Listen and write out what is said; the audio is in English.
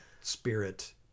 spirit